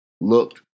looked